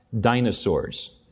dinosaurs